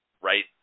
right